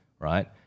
right